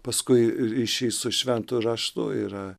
paskui ryšys su šventu raštu yra